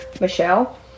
Michelle